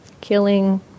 Killing